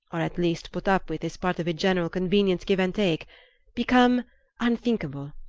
or at least put up with as part of a general convenient give-and-take become unthinkable,